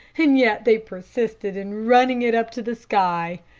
and yet they persisted in running it up to the sky.